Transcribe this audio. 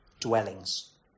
dwellings